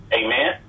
amen